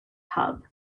hub